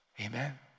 Amen